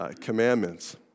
Commandments